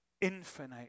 infinite